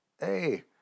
hey